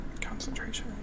Concentration